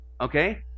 Okay